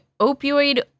opioid